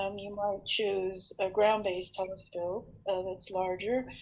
um you might choose a ground-based telescope that's larger,